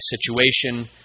situation